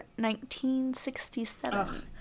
1967